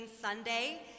Sunday